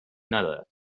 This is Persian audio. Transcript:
ندارد